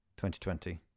2020